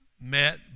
met